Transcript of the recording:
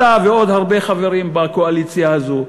אתה ועוד הרבה חברים בקואליציה הזאת,